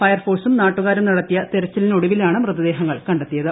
ഫയർഫോഴ്സും നാട്ടുകാരും നടത്തിയ തിരച്ചലിനൊടുവിലാണ് മൃതദേഹങ്ങൾ കണ്ടെത്തിയത്